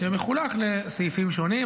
שמחולק לסעיפים שונים.